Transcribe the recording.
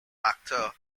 actor